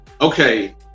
okay